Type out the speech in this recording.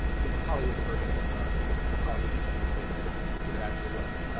you know, hollywood's version of hollywood history with what it actually was.